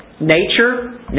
nature